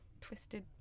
twisted